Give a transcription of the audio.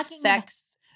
Sex